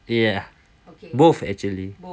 ya both actually